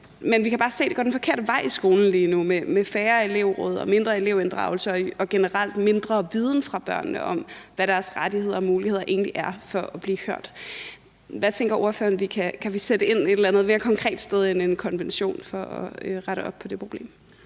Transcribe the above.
Men vi kan bare se, at det går den forkerte vej i skolen lige nu med færre elevråd og mindre elevinddragelse og generelt mindre viden hos børnene om, hvad deres rettigheder og muligheder egentlig er for at blive hørt. Tænker ordføreren, om vi kan sætte ind et eller andet mere konkret sted end en konvention for at rette op på det problem?